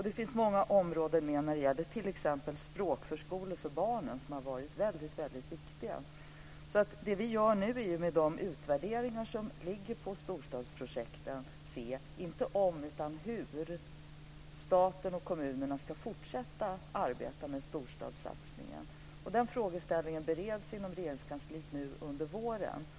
Det finns många andra områden, t.ex. språkförskolor för barnen, vilka har varit väldigt viktiga. Det som vi nu gör med de utvärderingar som finns när det gäller storstadsprojekten är att se inte om utan hur staten och kommunerna ska fortsätta att arbeta med storstadssatsningen. Den frågan bereds inom Regeringskansliet under våren.